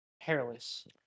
hairless